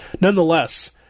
Nonetheless